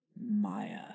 Maya